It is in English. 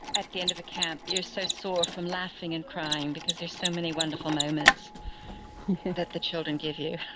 at the end of a camp you are so sore from laughing and crying because there are so many wonderful moments that the children give you.